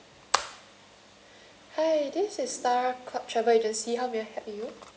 !hey! this is star club travel agency how may I help you